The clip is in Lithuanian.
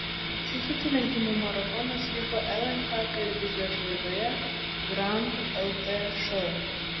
šis atsilenkimų maratonas vyko lnk televizijos laidoje grand lt šou